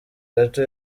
gato